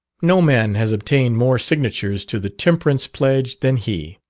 no man has obtained more signatures to the temperance pledge than he.